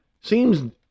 seems